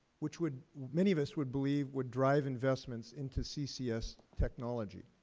which would many of us would believe would drive investments into ccs technology.